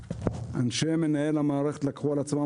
אנשי מנהל המערכת לקחו על עצמם